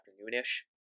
afternoon-ish